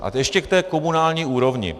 A ještě k té komunální úrovni.